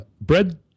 bread